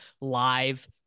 live